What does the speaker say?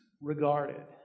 regarded